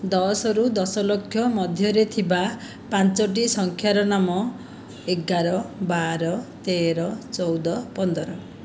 ଦଶରୁ ଦଶଲକ୍ଷ ମଧ୍ୟରେ ଥିବା ପାଞ୍ଚଟି ସଂଖ୍ୟାର ନାମ ଏଗାର ବାର ତେର ଚଉଦ ପନ୍ଦର